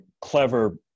clever